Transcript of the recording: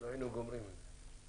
לא היינו גומרים עם זה.